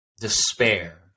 despair